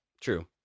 True